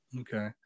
Okay